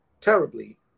terribly